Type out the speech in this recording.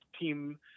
team